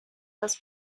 das